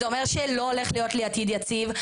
זה אומר שלא הולך להיות לי עתיד יציב,